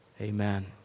amen